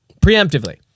preemptively